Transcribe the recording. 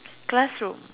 classroom